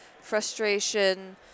frustration